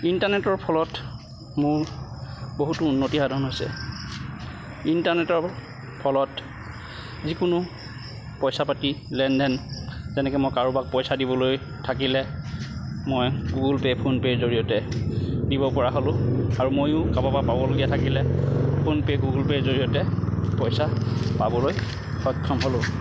ইণ্টাৰনেটৰ ফলত মোৰ বহুতো উন্নতি সাধন হৈছে ইণ্টাৰনেটৰ ফলত যিকোনো পইচা পাতি লেন দেন তেনেকৈ মই কাৰোবাক পইচা দিবলৈ থাকিলে মই গুগলপে' ফোনপে' জৰিয়তে দিব পৰা হ'লোঁ আৰু ময়ো কাৰোবাৰ পৰা পাব লগা থাকিলে গুগলপে' ফোনপে' জৰিয়তে পাবলৈ সক্ষম হ'লোঁ